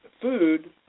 food